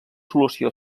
solució